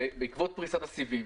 בעקבות פריסת הסיבים,